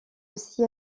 aussi